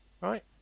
Right